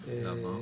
למה?